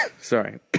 Sorry